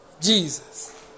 Jesus